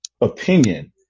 opinion